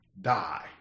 die